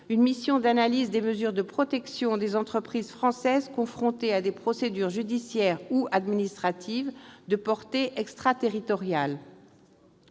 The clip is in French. une mission d'analyse des mesures de protection des entreprises françaises confrontées à des procédures judiciaires ou administratives de portée extraterritoriale.